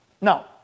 Now